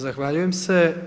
Zahvaljujem se.